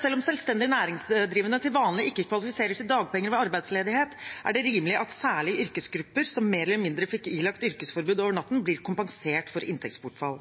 Selv om selvstendig næringsdrivende til vanlig ikke kvalifiserer til dagpenger ved arbeidsledighet, er det rimelig at særlig yrkesgrupper som mer eller mindre fikk ilagt yrkesforbud over natten, blir kompensert for inntektsbortfall.